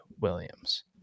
Williams